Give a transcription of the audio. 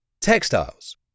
Textiles